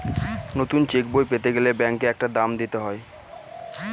নতুন চেকবই পেতে গেলে ব্যাঙ্কে একটা দাম দিতে হয়